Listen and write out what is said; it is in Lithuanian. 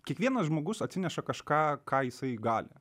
kiekvienas žmogus atsineša kažką ką jisai gali